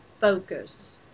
focus